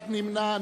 נמנע אחד.